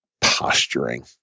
posturing